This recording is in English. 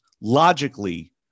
logically